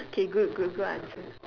okay good good good answer